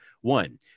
one